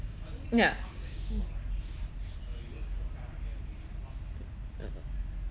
yeah